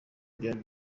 byari